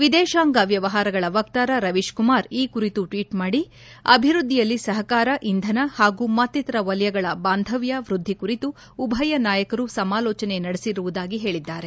ವಿದೇಶಾಂಗ ವ್ಲವಹಾರಗಳ ವಕ್ತಾರ ರವೀಶ್ ಕುಮಾರ್ ಈ ಕುರಿತು ಟ್ವೀಟ್ ಮಾಡಿ ಅಭಿವೃದ್ವಿಯಲ್ಲಿ ಸಹಕಾರ ಇಂಧನ ಹಾಗೂ ಮತ್ತಿತರ ವಲಯಗಳ ಬಾಂಧವ್ಯ ವೃದ್ಧಿ ಕುರಿತು ಉಭಯನಾಯಕರು ಸಮಾಲೋಚನೆ ನಡೆಸಿರುವುದಾಗಿ ಹೇಳಿದ್ದಾರೆ